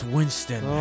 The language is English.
Winston